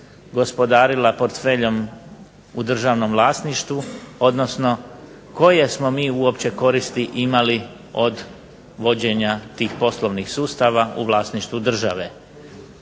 gospodarila portfeljem u državnom vlasništvu odnosno koje smo mi uopće koristi imali od vođenja tih poslovnih sustava u vlasništvu države.